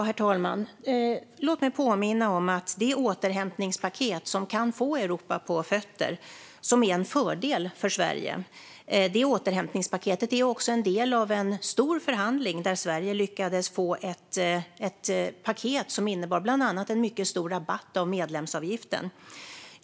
Herr talman! Låt mig påminna om att det återhämtningspaket som kan få Europa på fötter, som är en fördel för Sverige, är också en del av en stor förhandling där Sverige lyckades få ett paket som innebar bland annat en mycket stor rabatt på medlemsavgiften.